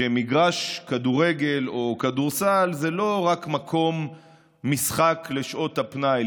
שמגרש כדורגל או כדורסל זה לא רק מקום משחק לשעות הפנאי,